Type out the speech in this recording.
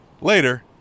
Later